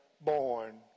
born